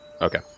okay